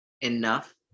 enough